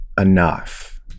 enough